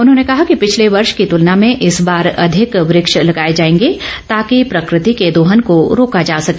उन्होंने कहा कि पिछले वर्ष की तुलना में इस बार अधिक वृक्ष लगाए जाएंगे ताकि प्रकृति के दोहन को रोका जा सके